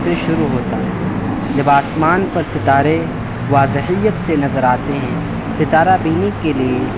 سے شروع ہوتا ہے جب آسمان پر ستارے واضحیت سے نظر آتے ہیں ستارہ بینی کے لیے